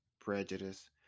prejudice